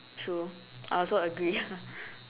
true I also agree